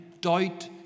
doubt